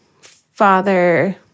Father